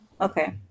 Okay